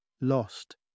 lost